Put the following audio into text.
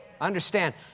Understand